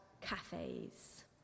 cafes